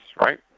right